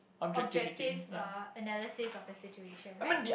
objective uh analysis of the situation right